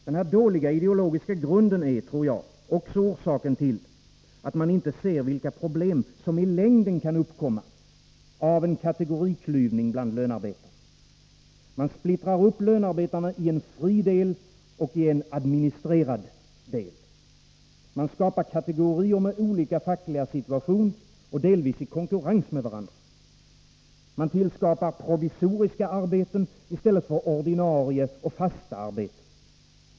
Den här dåliga ideologiska grunden är, tror jag, orsaken till att man inte ser vilka problem som i längden kan uppkomma av en kategoriklyvning bland lönarbetarna. Man splittrar upp lönarbetarna i en fri del och i en administrerad del. Man skapar kategorier med olika fackliga situationer och delvis i konkurrens med varandra. Man tillskapar provisoriska arbeten i stället för ordinarie och fasta arbeten.